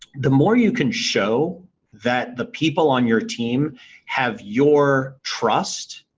the more you can show that the people on your team have your trust,